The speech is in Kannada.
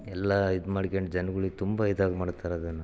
ಎಲ್ಲ ಇದು ಮಾಡ್ಕಂಡ್ ಜನ್ಗಳಿಗೆ ತುಂಬ ಇದಾಗಿ ಮಾಡ್ತಾರೆ ಅದನ್ನು